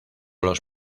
los